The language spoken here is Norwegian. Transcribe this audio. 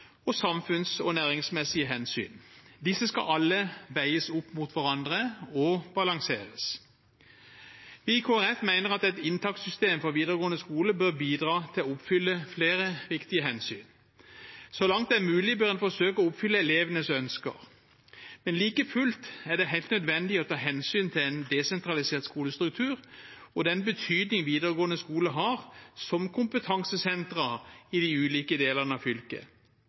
og samfunns- og næringsmessige hensyn. Disse skal alle veies opp mot hverandre og balanseres. Vi i Kristelig Folkeparti mener at et inntakssystem for videregående skole bør bidra til å oppfylle flere viktige hensyn. Så langt det er mulig, bør en forsøke å oppfylle elevenes ønsker. Men like fullt er det helt nødvendig å ta hensyn til en desentralisert skolestruktur og den betydning videregående skoler har som kompetansesenter i de ulike delene av fylket.